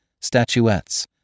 statuettes